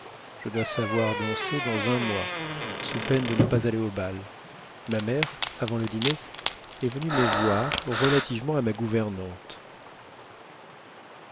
je dois savoir danser dans un mois sous peine de ne pas aller au bal ma mère avant le dîner est venue me voir relativement à ma gouvernante